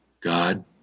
God